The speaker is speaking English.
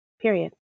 period